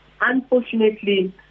unfortunately